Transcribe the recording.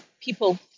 people